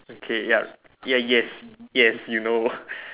okay yup yes yes yes yes you know